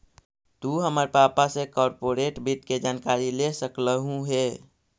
तु हमर पापा से कॉर्पोरेट वित्त के जानकारी ले सकलहुं हे